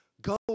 Go